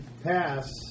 pass